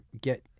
get